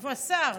איפה השר?